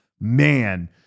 man